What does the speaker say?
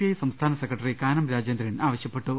I സംസ്ഥാന secretary Kanam Rajendran ആവ ശ്യപ്പെട്ടു